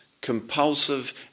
compulsive